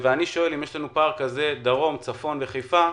אם יש לנו כזה פער בין הדרום, הצפון וחיפה,